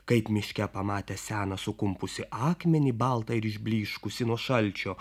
kaip miške pamatęs seną sukumpusį akmenį baltą ir išblyškusį nuo šalčio